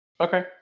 Okay